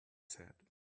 said